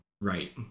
right